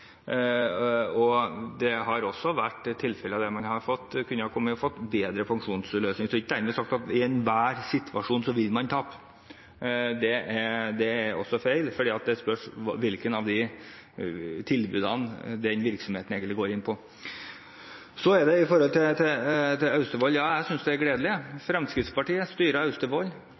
og det har også vært tilfeller der man kunne ha fått bedre pensjonsløsning. Så er det ikke dermed sagt at i enhver situasjon vil man tape. Det er også feil, for det spørs hvilket av de tilbudene den virksomheten egentlig går inn på. Så, når det gjelder Austevoll: Jeg synes det er gledelig. Fremskrittspartiet styrte Austevoll, kompenserte, viste god arbeidsgiverpolitikk. Fremskrittspartiet viser god arbeidsgiverpolitikk ute i kommunene – det er